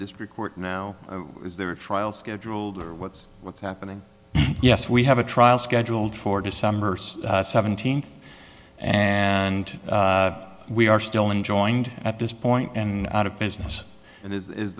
district court now is there a trial scheduled or what's what's happening yes we have a trial scheduled for december seventeenth and we are still enjoined at this point and out of business and is